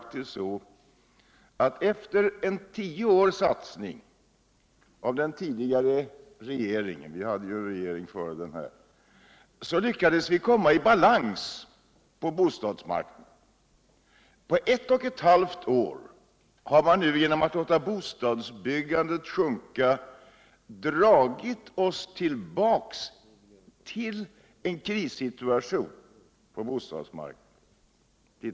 Efter en tioårig satsning av den tidigare regeringen — vi hade ju en regering före den här — lyckades vi komma i balans på bostadsmarknaden. På evt och ett halvt år har man nu genom att låta bostadsbyggandet sjunka fört oss tillbaka in i en krissituation på bostadsmarknaden.